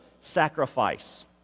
sacrifice